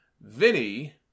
Vinny